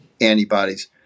antibodies